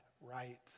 right